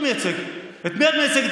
אתה מייצג, את מי אתה מייצג?